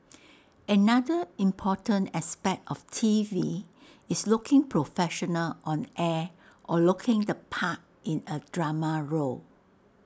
another important aspect of T V is looking professional on air or looking the part in A drama role